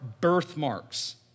birthmarks